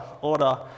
order